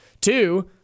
Two